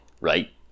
right